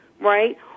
right